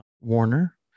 Warner